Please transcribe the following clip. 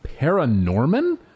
Paranorman